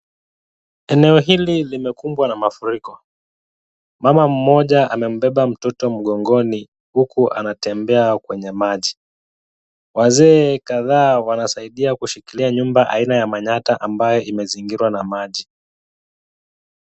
Eneo hili limekumbwa na mafuriko. Mama mmoja amembeba mtoto mgongoni, huku anatembea kwenye maji. Wazee kadhaa wanasaidia kushikilia nyumba aina ya manyatta ambayo imezingirwa na maji.